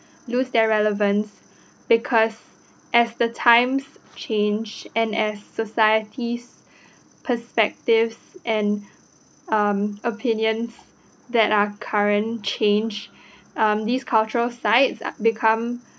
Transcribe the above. lose their relevance because as the times change and as society's perspectives and uh opinions that are current change um these cultural sites become